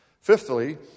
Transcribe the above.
Fifthly